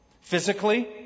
Physically